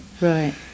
Right